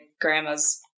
grandma's